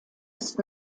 ist